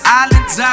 islands